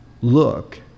look